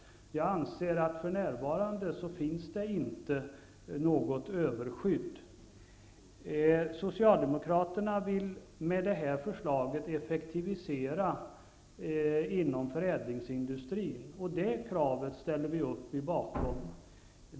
Jag anser att det för närvarande inte finns något överskydd. Socialdemokraterna vill med det här förslaget effektivisera inom förädlingsindustrin, och det kravet ställer vi upp bakom.